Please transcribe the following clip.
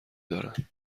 دارن